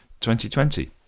2020